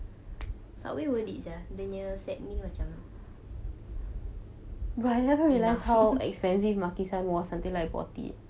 subway worth is sia dia punya set meal macam ya lah